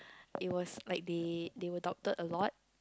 it was like the they will doctored a lot